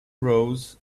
rose